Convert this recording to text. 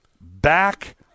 back